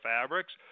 fabrics